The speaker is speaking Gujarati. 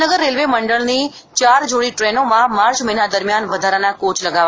ભાવનગર રેલવે મંડળની ચાર જોડી ટ્રેનોમાં માર્ચ મહિના દરમ્યાન વધારાના કોચ લગાવાશે